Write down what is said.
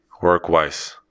work-wise